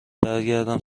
برگردم